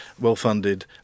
well-funded